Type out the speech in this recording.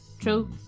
True